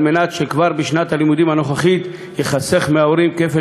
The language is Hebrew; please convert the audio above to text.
כדי שכבר בשנת הלימודים הנוכחית ייחסך מההורים כפל